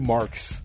Marks